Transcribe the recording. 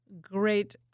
great